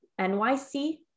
NYC